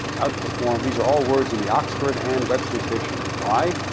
outperform these are all words in the oxford and webster's dictionary. why?